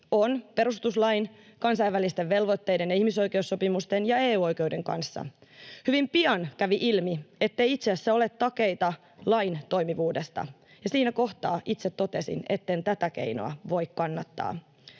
on perustuslain, kansainvälisten velvoitteiden ja ihmisoikeussopimusten ja EU-oikeuden kanssa, ja hyvin pian kävi ilmi, ettei itse asiassa ole takeita lain toimivuudesta. Siinä kohtaa itse totesin, etten tätä keinoa voi kannattaa.